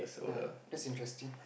uh that's interesting